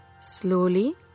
slowly